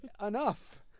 enough